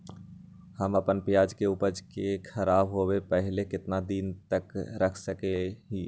हम अपना प्याज के ऊपज के खराब होबे पहले कितना दिन तक रख सकीं ले?